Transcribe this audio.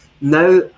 now